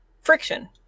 friction